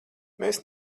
mēs